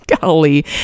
Golly